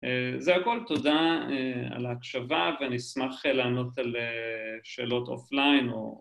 זה הכל, תודה על ההקשבה ואני אשמח לענות על שאלות אופליין או